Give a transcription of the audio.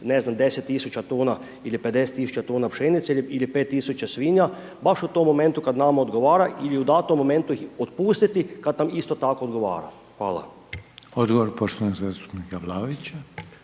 ne znam 10.000 tona ili 50.000 tona pšenice ili 5.000 svinja baš u tom momentu kad nama odgovara ili u datom momentu ih otpustiti kad nam isto tak odgovara. Hvala. **Reiner, Željko (HDZ)** Odgovor poštovanog zastupnika Vlaovića.